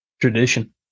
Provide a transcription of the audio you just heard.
Tradition